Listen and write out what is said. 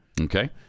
Okay